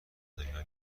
دنیا